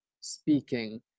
speaking